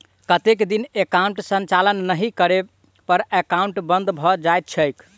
कतेक दिन एकाउंटक संचालन नहि करै पर एकाउन्ट बन्द भऽ जाइत छैक?